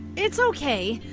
it's okay.